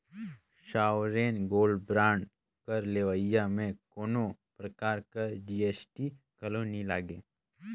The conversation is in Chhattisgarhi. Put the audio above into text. सॉवरेन गोल्ड बांड कर लेवई में कोनो परकार कर जी.एस.टी घलो नी लगे